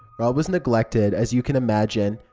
rob was neglected, as you can imagine,